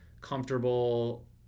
comfortable